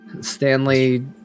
Stanley